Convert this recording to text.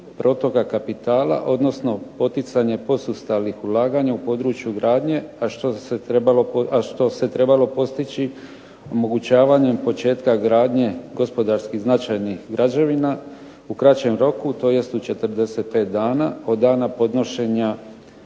protoka kapitala, odnosno poticanje posustalih ulaganja u području gradnje, a što se trebalo postići omogućavanjem početka gradnje gospodarski značajnih građevina u kraćem roku tj. u 45 dana od dana podnošenja